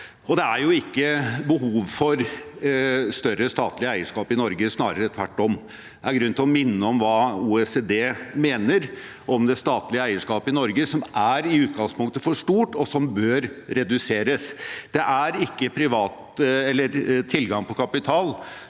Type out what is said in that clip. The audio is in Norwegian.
Det er jo ikke behov for større statlig eierskap i Norge – snarere tvert om. Det er grunn til å minne om hva OECD mener om det statlige eierskapet i Norge, som i utgangspunktet er for stort, og som bør reduseres. Det er ikke tilgang på kapital